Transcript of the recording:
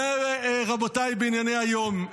רבותיי, בענייני היום.